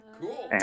Cool